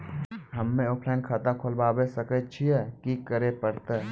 हम्मे ऑफलाइन खाता खोलबावे सकय छियै, की करे परतै?